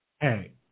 Hey